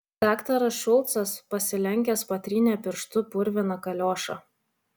daktaras šulcas pasilenkęs patrynė pirštu purviną kaliošą